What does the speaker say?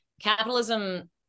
capitalism